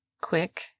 quick